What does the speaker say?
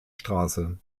straße